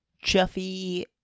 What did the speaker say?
chuffy